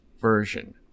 version